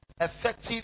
Effective